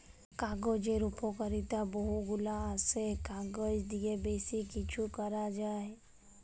কাগজের উপকারিতা বহু গুলা আসে, কাগজ দিয়ে বেশি কিছু করা যায়